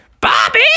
Bobby